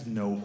no